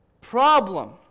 problem